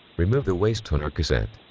remove the waste toner cassette